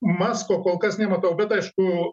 masko kol kas nematau bet aišku